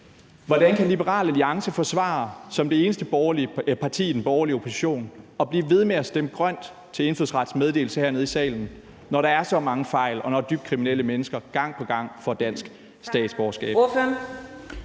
Hvordan kan Liberal Alliance forsvare som det eneste parti i den borgerlige opposition at blive ved med at stemme grønt til lovforslag om indfødsrets meddelelse hernede i salen, når der er så mange fejl, og når dybt kriminelle mennesker gang på gang får dansk statsborgerskab?